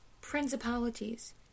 principalities